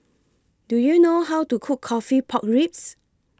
Do YOU know How to Cook Coffee Pork Ribs